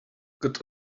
got